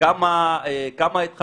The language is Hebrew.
כמה מהם